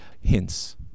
hints